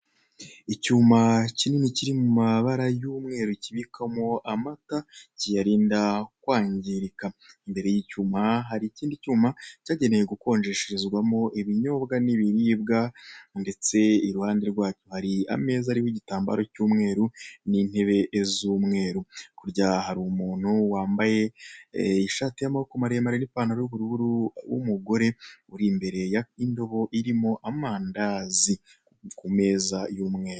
Icyuma kinini kiri mu mabara y'umweru kibikwamo amata cyiyarinda kwangirika, imbere y'icyuma hari ikindi cyuma cyagenewe gukonjesherezwamo ibinyobwa n'ibiribwa ndetse i ruhande rwacyo hari ameza ariho igitambaro cy'umweru n'intebe z'umweru, hakurya hari umuntu wambaye ishati y'amaboko maremare n'ipantaro y'ubururu w'umugore uri imbere y'indobo irimo amandazi ku meza y'umweru.